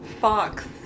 Fox